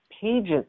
pages